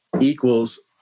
equals